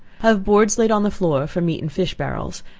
have boards laid on the floor for meat and fish barrels,